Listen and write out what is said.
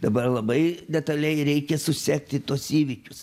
dabar labai detaliai reikia susekti tuos įvykius